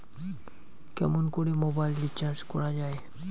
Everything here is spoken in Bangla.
কেমন করে মোবাইল রিচার্জ করা য়ায়?